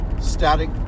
static